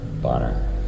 Bonner